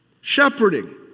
Shepherding